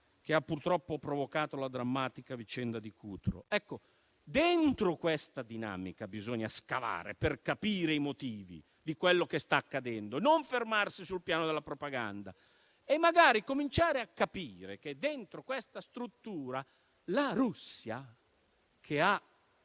che ha purtroppo provocato la drammatica vicenda di Cutro. Dentro questa dinamica bisogna scavare per capire i motivi di quello che sta accadendo, non fermandosi sul piano della propaganda, e magari per cominciare a capire che dentro questa struttura la Russia, che ha